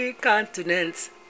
continents